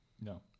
No